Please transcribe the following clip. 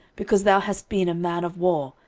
because thou hast been a man of war,